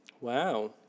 Wow